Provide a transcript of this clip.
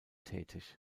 tätig